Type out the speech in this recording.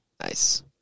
Nice